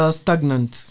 stagnant